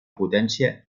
potència